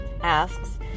asks